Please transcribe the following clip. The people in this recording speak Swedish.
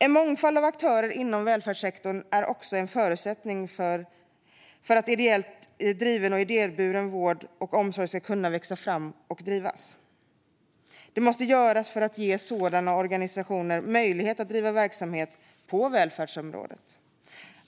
En mångfald av aktörer inom välfärdssektorn är också en förutsättning för att ideellt driven och idéburen vård och omsorg ska kunna växa fram och drivas. Mer måste göras för att ge sådana organisationer möjlighet att driva verksamhet på välfärdsområdet.